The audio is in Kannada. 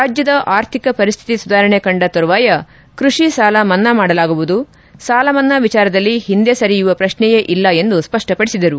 ರಾಜ್ಯದ ಆರ್ಥಿಕ ಪರಿಸ್ತಿತಿ ಸುಧಾರಣೆ ಕಂಡ ತರುವಾಯ ಕೈಷಿ ಸಾಲ ಮನ್ನಾ ಮಾಡಲಾಗುವುದು ಸಾಲ ಮನ್ನಾ ವಿಚಾರದಲ್ಲಿ ಹಿಂದೆ ಸರಿಯುವ ಪ್ರಶ್ನೆಯೇ ಇಲ್ಲ ಎಂದು ಸ್ಪಷ್ಟ ಪಡಿಸಿದರು